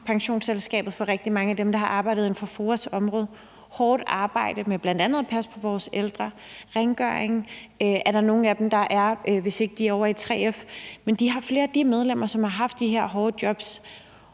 pensionsselskabet for rigtig mange af dem, der har arbejdet inden for FOA's område, med hårdt arbejde med bl.a. at passe på vores ældre og rengøring – der er nogle af dem, der er i det selskab, hvis ikke de er ovre i 3F – så er der flere af deres medlemmer, som har haft de her hårde jobs